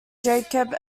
jacob